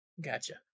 Gotcha